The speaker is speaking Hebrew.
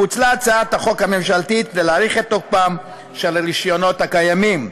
פוצלה הצעת החוק הממשלתית כדי להאריך את תוקפם של הרישיונות הקיימים.